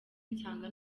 nsanga